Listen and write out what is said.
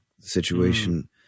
situation